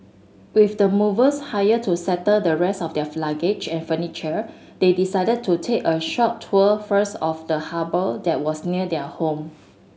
with the movers hired to settle the rest of their of luggage and furniture they decided to take a short tour first of the harbour that was near their home